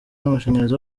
n’amashanyarazi